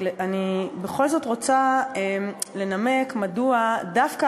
אני בכל זאת רוצה לנמק מדוע דווקא